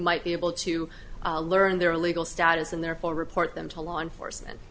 might be able to learn their legal status and therefore report them to law enforcement